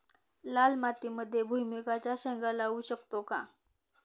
लाल मातीमध्ये भुईमुगाच्या शेंगा लावू शकतो का?